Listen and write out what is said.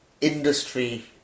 industry